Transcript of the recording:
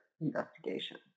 investigation